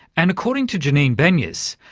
and according to janine benyus,